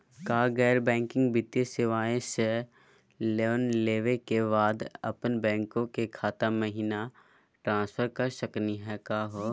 का गैर बैंकिंग वित्तीय सेवाएं स लोन लेवै के बाद अपन बैंको के खाता महिना ट्रांसफर कर सकनी का हो?